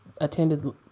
attended